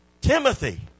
Timothy